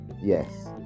Yes